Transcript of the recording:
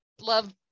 love